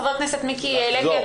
חבר הכנסת מיקי לוי,